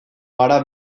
gara